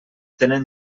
tenen